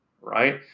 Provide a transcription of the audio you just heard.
right